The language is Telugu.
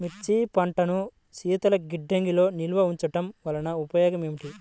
మిర్చి పంటను శీతల గిడ్డంగిలో నిల్వ ఉంచటం వలన ఉపయోగం ఏమిటి?